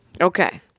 Okay